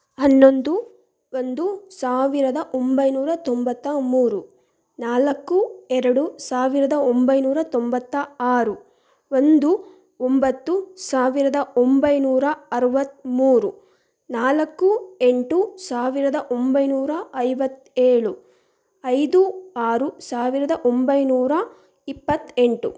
ಹನ್ನೊಂದು ಒಂದು ಸಾವಿರದ ಒಂಬೈನೂರ ತೊಂಬತ್ತ ಮೂರು ನಾಲ್ಕು ಎರಡು ಸಾವಿರದ ಒಂಬೈನೂರ ತೊಂಬತ್ತ ಆರು ಒಂದು ಒಂಬತ್ತು ಸಾವಿರದ ಒಂಬೈನೂರ ಅರುವತ್ತ ಮೂರು ನಾಲ್ಕು ಎಂಟು ಸಾವಿರದ ಒಂಬೈನೂರ ಐವತ್ತ ಏಳು ಐದು ಆರು ಸಾವಿರದ ಒಂಬೈನೂರ ಇಪ್ಪತ್ತ ಎಂಟು